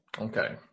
Okay